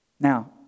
Now